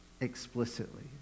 explicitly